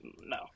no